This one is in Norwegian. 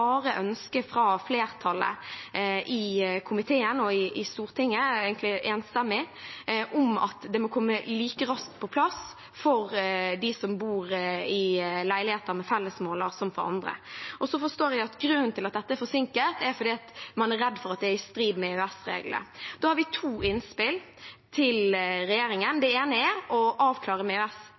fra flertallet i komiteen og i Stortinget, egentlig enstemmig, om at det må komme like raskt på plass for dem som bor i leiligheter med felles måler, som for andre. Så forstår jeg at grunnen til at dette er forsinket, er at man er redd for at det er i strid med EØS-regelverket. Da har vi to innspill til regjeringen. Det ene er å avklare opp mot EØS